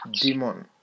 demon